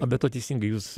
o be to teisingai jūs